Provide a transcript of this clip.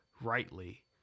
rightly